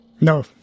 no